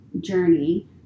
journey